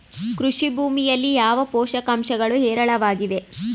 ಕೃಷಿ ಭೂಮಿಯಲ್ಲಿ ಯಾವ ಪೋಷಕಾಂಶಗಳು ಹೇರಳವಾಗಿವೆ?